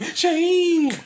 Shame